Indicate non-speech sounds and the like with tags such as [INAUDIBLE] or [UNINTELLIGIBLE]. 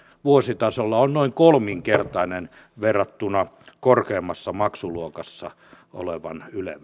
vuositasolla on noin kolminkertainen verrattuna korkeimmassa maksuluokassa olevaan yle [UNINTELLIGIBLE]